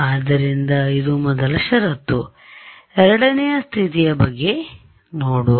ಆದ್ದರಿಂದ ಇದು ಮೊದಲ ಷರತ್ತು ಎರಡನೇ ಸ್ಥಿತಿಯ ಬಗ್ಗೆ ನೋಡುವ